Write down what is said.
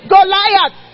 Goliath